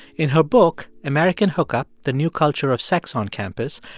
in her book american hookup the new culture of sex on campus,